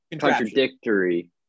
contradictory